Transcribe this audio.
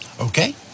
Okay